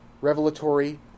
revelatory